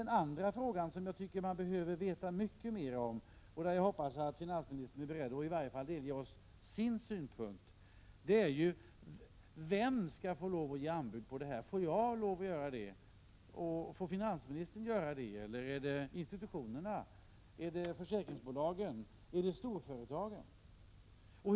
En annan fråga som jag tycker man behöver veta mycket mer om, och där jag hoppas att finansministern är beredd att i varje fall delge oss sin synpunkt, gäller vem som skall få avge anbud. Får jag göra det? Får finansministern göra det? Eller är det institutionerna, försäkringsbolagen eller storföretagen som får göra det?